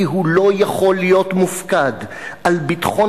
כי הוא לא יכול להיות מופקד על ביטחון